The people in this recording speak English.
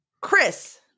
Chris